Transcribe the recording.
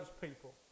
people